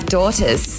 daughters